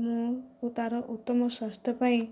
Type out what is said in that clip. ମୁଁ ଓ ତାର ଉତ୍ତମ ସ୍ୱାସ୍ଥ୍ୟ ପାଇଁ